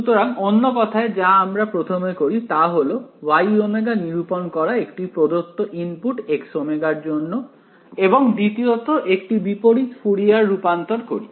সুতরাং অন্য কথায় যা আমরা প্রথমে করি তা হল Y ω নিরূপণ করা একটি প্রদত্ত ইনপুট Xω এর জন্য এবং দ্বিতীয়ত একটি বিপরীত ফুরিয়ার রুপান্তর করি